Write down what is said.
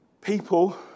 people